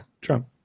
Trump